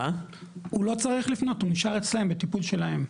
הוא לא צריך לפנות, הוא נשאר אצלם בטיפול שלהם.